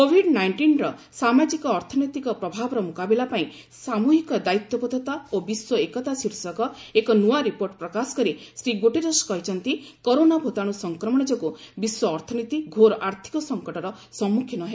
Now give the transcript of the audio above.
covid ନାଇଷିନ୍ର ସାମାଜିକ ଅର୍ଥନୈତିକ ପ୍ରଭାବର ମୁକାବିଲା ପାଇଁ ସାମୃହିକ ଦାୟିତ୍ୱବୋଧତା ଓ ବିଶ୍ୱ ଏକତା ଶୀର୍ଷକ ଏକ ନୂଆ ରିପୋର୍ଟ ପ୍ରକାଶ କରି ଶ୍ରୀ ଗୁଟେରସ୍ କହିଛନ୍ତି କରୋନା ଭୂତାଣୁ ସଂକ୍ରମଣ ଯୋଗୁଁ ବିଶ୍ୱ ଅର୍ଥନୀତି ଘୋର ଆର୍ଥକ ସଙ୍କଟର ସମ୍ମୁଖୀନ ହେବ